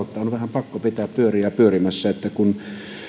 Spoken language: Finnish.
pakko pitää talouden pyöriä pyörimässä